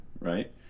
right